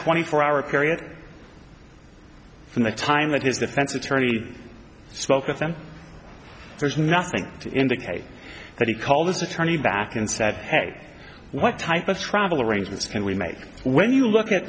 twenty four hour period from the time that his defense attorney spoke with him there's nothing to indicate that he called his attorney back and said hey what type of travel arrangements can we make when you look at